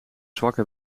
zwakke